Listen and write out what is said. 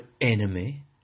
enemy